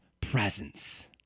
presence